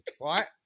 right